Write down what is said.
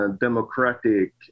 democratic